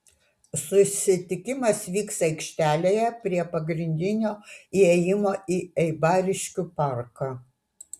susitikimas vyks aikštelėje prie pagrindinio įėjimo į eibariškių parką